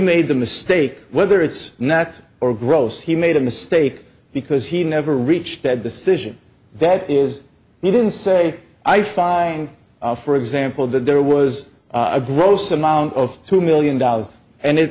made the mistake whether it's nat or gross he made a mistake because he never reached that decision that is he didn't say i find for example that there was a gross amount of two million dollars and it's